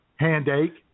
Handache